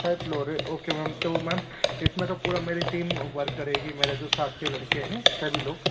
five floor है okay ma'am तो ma'am इसमें तो पूरी मेरी टीम वर्क करेगी मेरए जो साथ के लड़के हैं सभी लोग